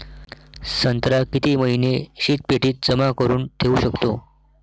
संत्रा किती महिने शीतपेटीत जमा करुन ठेऊ शकतो?